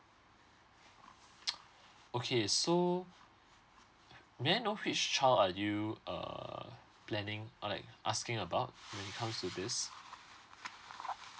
okay so may I know which child are you uh planning uh like asking about when comes to this